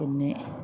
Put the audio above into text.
പിന്നെ